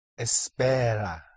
espera